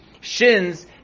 shins